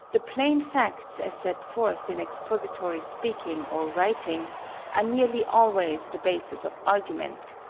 the plain facts as set forth in expository speaking or writing are nearly always the basis of argument,